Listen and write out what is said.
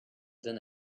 than